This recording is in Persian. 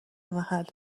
محل